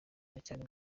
aracyari